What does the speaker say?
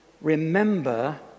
Remember